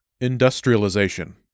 Industrialization